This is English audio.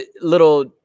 little